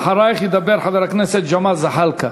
אחרייך ידבר חבר הכנסת ג'מאל זחאלקה.